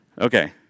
Okay